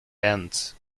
ends